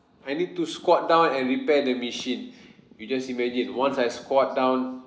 I need to squat down and repair the machine you just imagine once I squat down